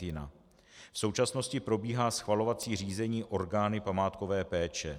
V současnosti probíhá schvalovací řízení orgány památkové péče.